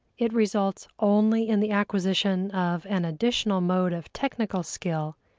it results only in the acquisition of an additional mode of technical skill,